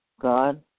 God